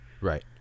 Right